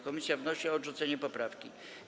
Komisja wnosi o odrzucenie poprawki.